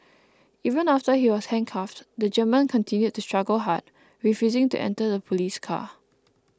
even after he was handcuffed the German continued to struggle hard refusing to enter the police car